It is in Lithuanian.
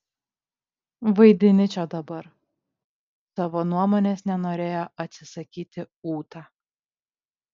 vaidini čia dabar savo nuomonės nenorėjo atsisakyti ūta